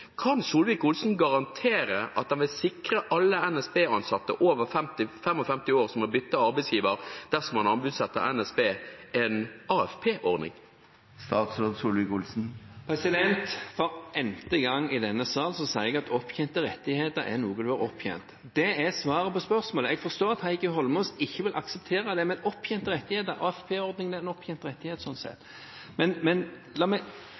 Kan statsråd Solvik-Olsen garanterer at han vil sikre alle NSB-ansatte over 55 år som må bytte arbeidsgiver dersom man anbudsutsetter NSB, en AFP-ordning? For ente gang i denne sal sier jeg at opptjente rettigheter er noe man har opptjent. Det er svaret på spørsmålet. Jeg forstår at Heikki Eidsvoll Holmås ikke vil akseptere det, men AFP-ordningen er en opptjent rettighet sånn sett. Det er en